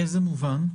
באיזה מובן?